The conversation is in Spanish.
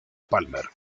palmer